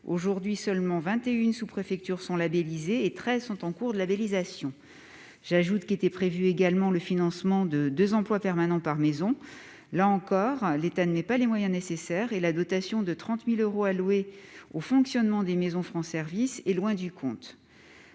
actuelle, seules 21 sous-préfectures sont labellisées et 13 en cours de labellisation. J'ajoute qu'était prévu également le financement de deux emplois permanents par maison. Là encore, l'État n'y met pas les moyens nécessaires : avec la dotation annuelle de 30 000 euros allouée au fonctionnement de chaque maison France Services, on est loin du compte.